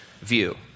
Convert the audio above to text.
view